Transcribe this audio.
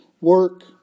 work